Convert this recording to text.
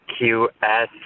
QS